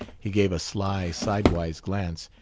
he gave a sly, sidewise glance,